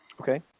Okay